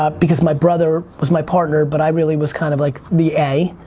um because my brother was my partner but i really was kind of like the a.